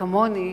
כמוני,